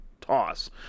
toss